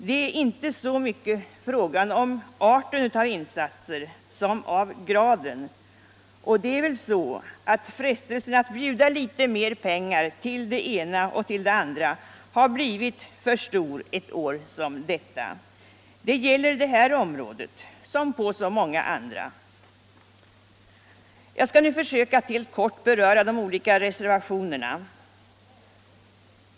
Det är inte så mycket fråga om arten av insatser som om graden, och det är väl så att frestelsen att bjuda litet mer pengar till det ena och det andra blivit för stor ett år som detta. Det gäller på det här området som på så många andra. Jag skall nu försöka att helt kort beröra de olika reservationerna.